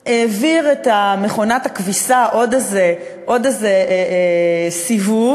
העביר את מכונת הכביסה עוד איזה סיבוב,